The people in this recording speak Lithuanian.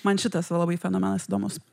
man šitas va labai fenomenas įdomus